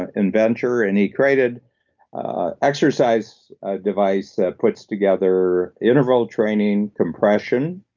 but inventor. and he created an exercise device that puts together interval training, compression,